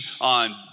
on